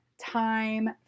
time